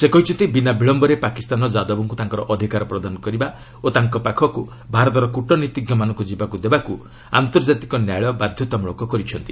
ସେ କହିଛନ୍ତି ବିନା ବିଳୟରେ ପାକିସ୍ତାନ ଯାଦବଙ୍କୁ ତାଙ୍କର ଅଧିକାର ପ୍ରଦାନ କରିବା ଓ ତାଙ୍କ ପାଖକୁ ଭାରତର କୃଟନୀତିଜ୍ଞମାନଙ୍କୁ ଯିବାକୁ ଦେବାକୁ ଆନ୍ତର୍ଜାତିକ ନ୍ୟାୟାଳୟ ବାଧ୍ୟତାମୂଳକ କରିଛନ୍ତି